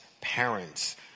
parents